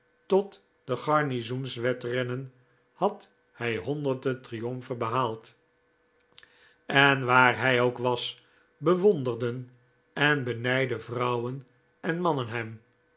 tot de garnizoenswedrennen had hij honderden triomfen behaald en waar hij ook was bewonderden en benijdden vrouwen en mannen